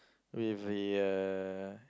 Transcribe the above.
with the uh